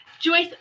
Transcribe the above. Joyce